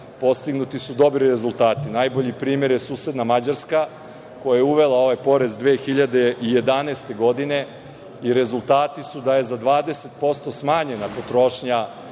postignuti su dobri rezultati. Najbolji primer je susedna Mađarska, koja je uvela ovaj porez 2011. godine i rezultati su da je za 20% smanjena potrošnja